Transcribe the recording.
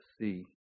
see